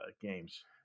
games